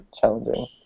challenging